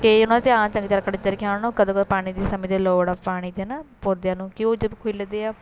ਅਤੇ ਉਹਨਾਂ ਦਾ ਧਿਆਨ ਚੰਗੀ ਤਰਾਂ ਰੱਖਣਾ ਚਾਹੀਦਾ ਕਿ ਹਾਂ ਉਹਨਾਂ ਨੂੰ ਕਦੋਂ ਕਦੋਂ ਪਾਣੀ ਦੇ ਸਮੇਂ ਦੀ ਲੋੜ ਆ ਪਾਣੀ ਦੀ ਹੈ ਨਾ ਪੌਦਿਆਂ ਨੂੰ ਕਿ ਉਹ ਜਬ ਖਿੜਦੇ ਆ